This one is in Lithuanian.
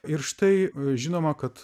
ir štai žinoma kad